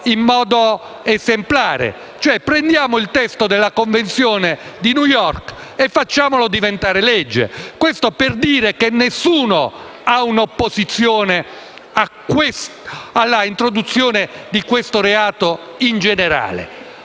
in modo esemplare: prendiamo il testo della Convenzione di New York e facciamolo diventare legge. Questo per dire che nessuno ha un'opposizione all'introduzione di questo reato in generale;